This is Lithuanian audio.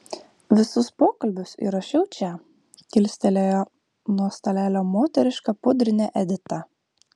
visus pokalbius įrašiau čia kilstelėjo nuo stalelio moterišką pudrinę edita